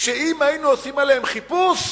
שאם היינו עושים עליהם חיפוש,